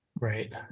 Right